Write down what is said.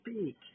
speak